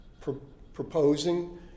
proposing